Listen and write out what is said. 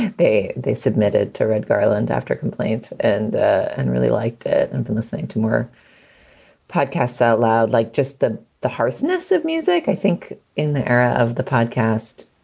they they submitted to red garland after complaints and and really liked it and for listening to our podcasts out loud like just the the harshness of music i think in the era of the podcast